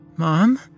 Mom